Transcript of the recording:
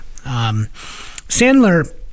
Sandler